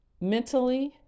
mentally